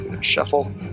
shuffle